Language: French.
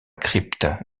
crypte